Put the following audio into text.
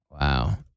Wow